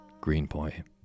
Greenpoint